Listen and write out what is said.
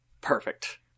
Perfect